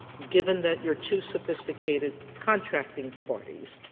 given that you're two sophisticated contracting parties,